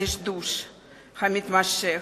הדשדוש המתמשך,